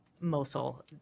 Mosul